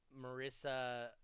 Marissa